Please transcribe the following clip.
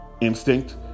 instinct